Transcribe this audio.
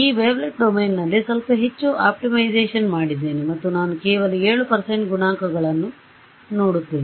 ಈ ವೇವ್ಲೆಟ್ ಡೊಮೇನ್ನಲ್ಲಿ ಸ್ವಲ್ಪ ಹೆಚ್ಚು ಆಪ್ಟಿಮೈಸೇಶನ್ ಮಾಡಿದ್ದೇನೆ ಮತ್ತು ನಾನು ಕೇವಲ 7 ಗುಣಾಂಕಗಳನ್ನು ನೋಡುತ್ತೇನೆ